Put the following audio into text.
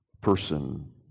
person